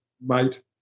mate